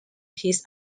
his